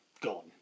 Gone